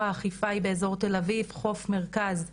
האכיפה היא באזור תל אביב חוף מרכז ודרום,